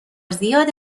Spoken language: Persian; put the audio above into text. زیاد